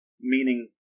meaning